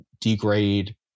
degrade